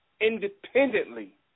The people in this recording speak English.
independently